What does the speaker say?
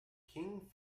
king